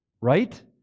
Right